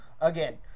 again